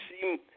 see